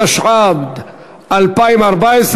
התשע"ד 2014,